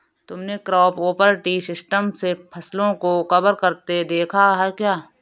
तुमने crop over tree system से फसलों को कवर करते देखा है क्या?